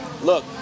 look